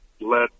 let